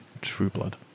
Trueblood